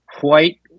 White